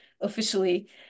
officially